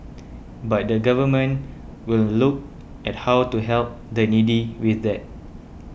but the Government will look at how to help the needy with that